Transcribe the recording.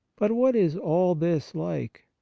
but what is all this like,